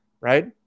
right